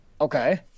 Okay